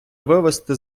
вивести